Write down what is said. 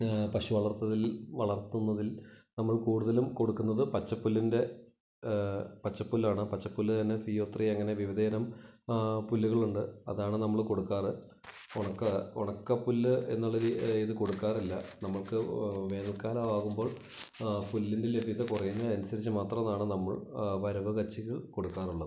പശു വളർത്തലിൽ വളർത്തുന്നതിൽ നമ്മൾ കൂടുതലും കൊടുക്കുന്നത് പച്ചപ്പുല്ലിൻ്റെ പച്ചപ്പുല്ലാണ് പച്ചപ്പുല്ല് തന്നെ സി ഓ ത്രീ അങ്ങനെ വിവിധയിനം പുല്ലുകളുണ്ട് അതാണ് നമ്മൾ കൊടുക്കാറ് ഉണക്ക ഉണക്കപ്പുല്ല് എന്നുള്ളൊരു ഇത് കൊടുക്കാറില്ല നമ്മൾക്ക് വേനൽക്കാലം ആവുമ്പോൾ പുല്ലിൻ്റെ ലഭ്യത കുറയുന്നതിനനുസരിച്ച് മാത്രമാണ് നമ്മൾ വരവ് കച്ചികൾ കൊടുക്കാറുള്ളത്